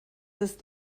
ist